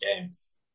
games